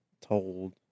told